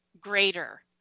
greater